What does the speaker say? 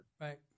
Right